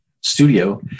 Studio